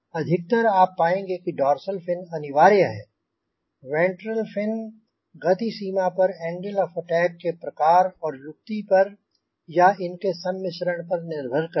अधिकतर आप पाएंँगे कि डोर्सल फिन अनिवार्य है वेंट्रल फिन गति सीमा पर एंगल ऑफ़ अटैक के प्रकार और युक्ति पर या इनके सम्मिश्रण पर निर्भर करती है